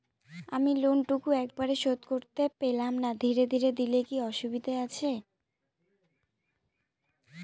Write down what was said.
আমি লোনটুকু একবারে শোধ করতে পেলাম না ধীরে ধীরে দিলে কি অসুবিধে আছে?